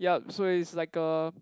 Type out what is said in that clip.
yup so is like a